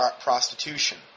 prostitution